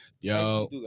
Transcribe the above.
Yo